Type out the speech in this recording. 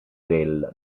del